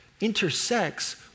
intersects